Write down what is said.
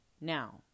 Now